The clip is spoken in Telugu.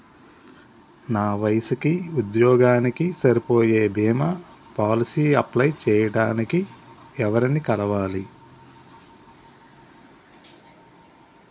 నా వయసుకి, ఉద్యోగానికి సరిపోయే భీమా పోలసీ అప్లయ్ చేయటానికి ఎవరిని కలవాలి?